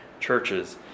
churches